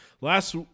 Last